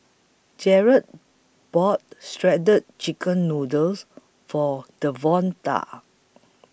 Jarett bought Shredded Chicken Noodles For Devonta